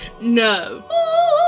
No